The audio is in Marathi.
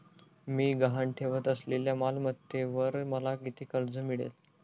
मी गहाण ठेवत असलेल्या मालमत्तेवर मला किती कर्ज मिळेल?